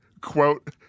quote